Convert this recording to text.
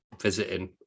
visiting